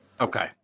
Okay